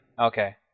Okay